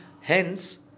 Hence